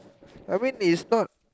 I mean is not